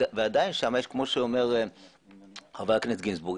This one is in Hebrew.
ועדיין שם יש כמו שאומר חבר הכנסת גינזבורג,